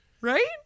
Right